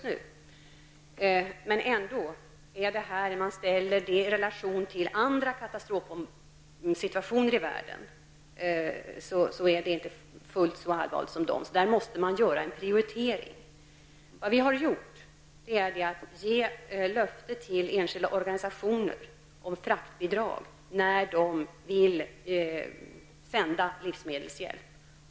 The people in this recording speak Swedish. Om man sätter denna situation i relation till andra katastrofsituationer i världen, är läget i Sovjetunionen dock inte fullt lika allvarligt. Här måste man göra en prioritering. Vi har gett löfte till enskilda organisationer om fraktbidrag när dessa vill sända livsmedelshjälp.